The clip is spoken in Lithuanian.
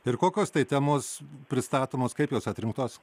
ir kokios tai temos pristatomos kaip jos atrinktos